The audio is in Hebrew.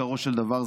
עיקרו של דבר,